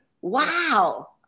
Wow